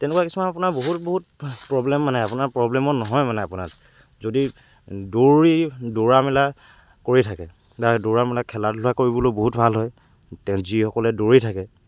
তেনেকুৱা কিছুমান আপোনাৰ বহুত বহুত প্ৰব্লেম মানে আপোনাৰ প্ৰব্লেমত নহয় মানে আপোনাৰ যদি দৌৰি দৌৰা মেলা কৰি থাকে বা দৌৰা মেলা খেলা ধূলা কৰিবলৈ বহুত ভাল হয় ত যিসকলে দৌৰি থাকে